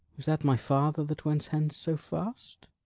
was that my father that went hence so fast?